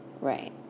right